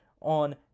on